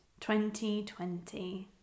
2020